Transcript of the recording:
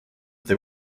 they